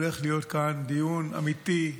הולך להיות כאן דיון אמיתי,